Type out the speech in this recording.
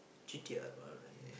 G_T_R alright